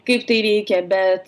kaip tai veikia bet